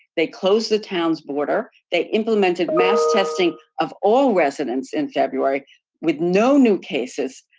they closed the town's border. they implemented mass testing of all residents in february with no new cases.